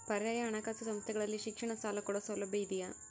ಪರ್ಯಾಯ ಹಣಕಾಸು ಸಂಸ್ಥೆಗಳಲ್ಲಿ ಶಿಕ್ಷಣ ಸಾಲ ಕೊಡೋ ಸೌಲಭ್ಯ ಇದಿಯಾ?